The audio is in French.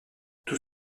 tout